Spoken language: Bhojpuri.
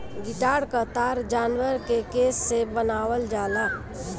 गिटार क तार जानवर के केस से बनावल जाला